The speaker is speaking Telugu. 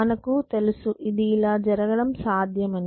మనకు తెలుసు ఇది ఇలా జరగడం సాధ్యమని